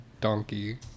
donkey